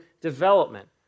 development